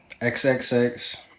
XXX